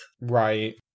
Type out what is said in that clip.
Right